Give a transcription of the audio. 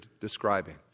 describing